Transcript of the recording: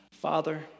Father